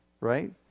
Right